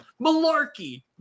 malarkey